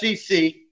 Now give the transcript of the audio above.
sec